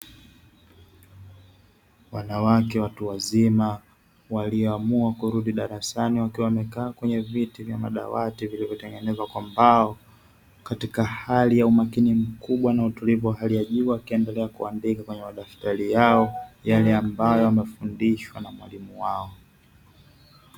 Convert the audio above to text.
Wanawake watu wazima walioamua kurudi darasani wakiwa wamekaa kwenye viti vya madawati vilivyotengenezwa kwa mbao, katika hali ya umakini mkubwa na utulivu wa hali ya juu wakiendelea kuandika kwenye madaftari yao yale ambayo yamefundishwa na mwalimu wao.